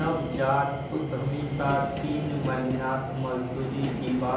नवजात उद्यमितात तीन महीनात मजदूरी दीवा